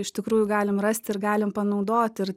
iš tikrųjų galim rasti ir galim panaudot ir